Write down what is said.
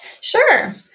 Sure